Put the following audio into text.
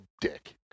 dick